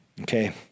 Okay